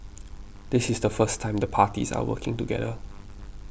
this is the first time the parties are working together